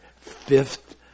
fifth